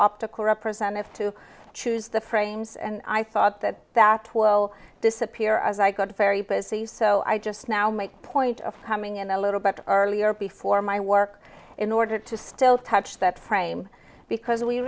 optical representatives to choose the frames and i thought that that well disappear as i got very busy so i just now make point of coming in a little bit earlier before my work in order to still touch that frame because we